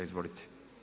Izvolite.